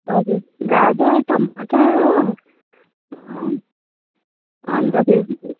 हजुर गाजर टमाटर हो अन्तखेरि चाहिँ